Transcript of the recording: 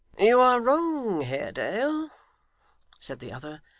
you are wrong, haredale said the other,